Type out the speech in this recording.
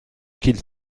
qu’ils